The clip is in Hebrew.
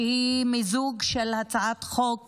שהיא מיזוג של הצעת חוק